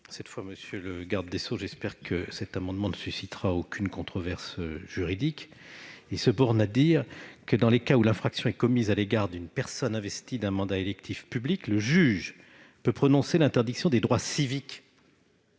Bas. Monsieur le garde des sceaux, j'espère que cet amendement-ci ne suscitera aucune controverse juridique. Il s'agit simplement de prévoir que, dans le cas où une infraction est commise à l'égard d'une personne investie d'un mandat électif public, le juge peut prononcer une interdiction des droits civiques.